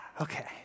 okay